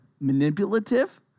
manipulative